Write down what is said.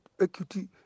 equity